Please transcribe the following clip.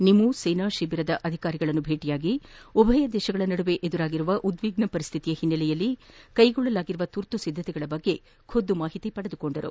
ನಿಮೂ ಸೇನಾ ಶಿಬಿರ ಅಧಿಕಾರಿಗಳನ್ನು ಭೇಟಿಯಾಗಿ ಉಭಯ ದೇಶಗಳ ನಡುವೆ ಉಂಟಾಗಿರುವ ಉದ್ವಿಗ್ನ ಪರಿಸ್ತಿತಿಯ ಹಿನ್ನೆಲೆಯಲ್ಲಿ ಕ್ಲೆಗೊಳ್ಳಲಾಗಿರುವ ತುರ್ತು ಸಿದ್ದತೆಗಳ ಬಗ್ಗೆ ಖುದ್ದು ಮಾಹಿತಿ ಪಡೆದುಕೊಂಡರು